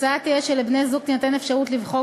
התוצאה תהיה שלבני-זוג תינתן אפשרות לבחור